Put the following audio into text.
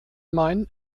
mein